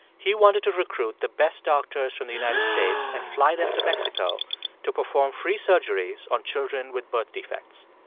he wanted to recruit the best doctors from the united states and fly them to mexico to perform free surgeries on children with birth defects.